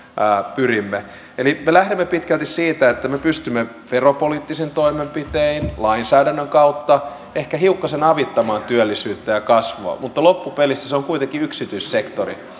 pyrimme eli me lähdemme pitkälti siitä että me pystymme veropoliittisin toimenpitein lainsäädännön kautta ehkä hiukkasen avittamaan työllisyyttä ja kasvua mutta loppupelissä se on kuitenkin yksityissektori